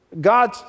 God